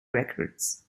records